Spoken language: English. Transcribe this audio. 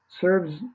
serves